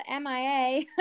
MIA